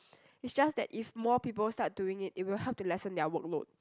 it's just that if more people start doing it it will help to lessen their workload